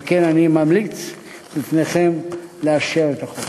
על כן, אני ממליץ בפניכם לאשר את החוק.